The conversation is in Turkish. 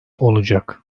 olacak